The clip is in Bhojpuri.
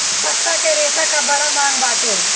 पत्ता के रेशा कअ बड़ा मांग बाटे